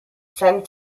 send